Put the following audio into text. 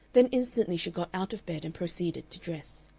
then instantly she got out of bed and proceeded to dress.